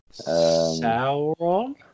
Sauron